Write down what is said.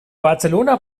barcelona